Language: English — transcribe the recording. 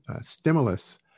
stimulus